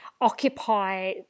occupy